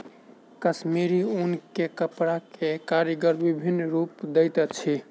कश्मीरी ऊन के कपड़ा के कारीगर विभिन्न रूप दैत अछि